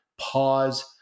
pause